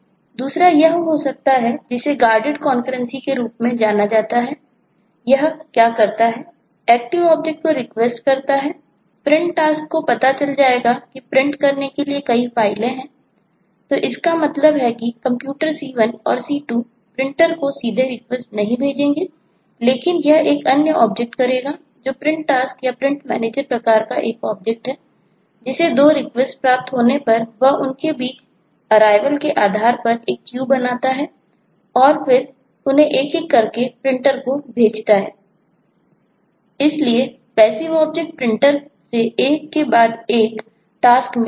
दूसरा वह हो सकता है जिसे गार्डेड कॉन्करेन्सी के आधार पर एक queue बनाता हैं और फिर उन्हें एक एक करके Printer को भेजता है